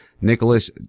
Nicholas